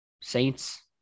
Saints